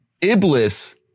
Iblis